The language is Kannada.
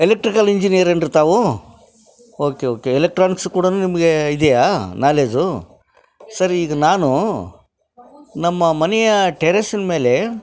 ಎಲೆಕ್ಟ್ರಿಕಲ್ ಇಂಜಿನಿಯರೇನ್ರಿ ತಾವು ಓಕೆ ಓಕೆ ಎಲೆಕ್ಟ್ರಾನಿಕ್ಸ್ ಕೂಡ ನಿಮಗೆ ಇದೆಯ ನಾಲೇಜು ಸರ್ ಈಗ ನಾನು ನಮ್ಮ ಮನೆಯ ಟೆರೇಸಿನ ಮೇಲೆ